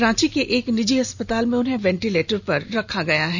रांची के एक निजी अस्पताल में उन्हें वेंटिलेटर पर रखा गया है